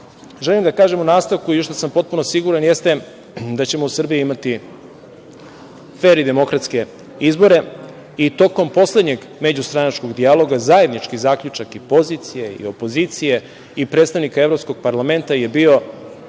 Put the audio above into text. želim da kažem u nastavku i u šta sam potpuno siguran, jeste da ćemo u Srbiji imati fer i demokratske izbore. Tokom poslednjeg međustranačkog dijaloga, zajednički zaključak i pozicije i opozicije i predstavnika Evropskog parlamenta je bio